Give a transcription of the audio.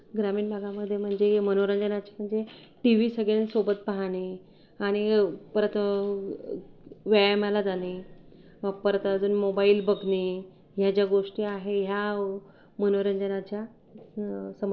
ग्रामीण भागामधे म्हणजे मनोरंजनाचे म्हणजे टीव्ही सगळ्यांसोबत पाहणे आणि परत व्यायामाला जाणे मग परत अजून मोबाईल बघणे या ज्या गोष्टी आहे ह्या मनोरंजनाच्या सम्